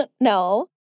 No